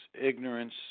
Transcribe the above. ignorance